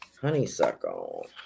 Honeysuckle